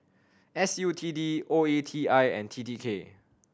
S U T D O E T I and T T K